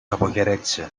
αποχαιρέτησε